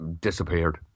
disappeared